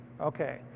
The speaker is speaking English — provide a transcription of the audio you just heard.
Okay